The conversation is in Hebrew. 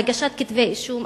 הגשת כתבי-אישום,